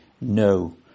No